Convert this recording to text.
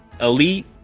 elite